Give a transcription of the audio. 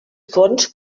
fons